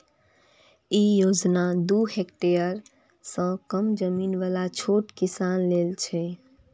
ई योजना दू हेक्टेअर सं कम जमीन बला छोट किसान लेल छै